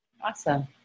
Awesome